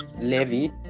levy